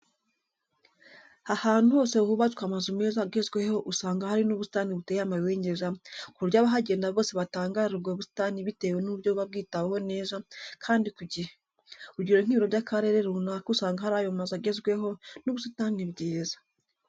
Ahantu hose hubatswe amazu meza agezweho usanga hari n'ubusitani buteye amabengeza, ku buryo abahagenda bose batangarira ubwo busitani bitewe n'uburyo buba bwitaweho neza kandi ku gihe. Urugero nk'ibiro by'akarere runaka usanga hari ayo mazu agezweho n'ubusitani bwiza.